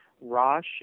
Rosh